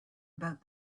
about